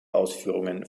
ausführungen